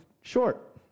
short